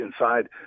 inside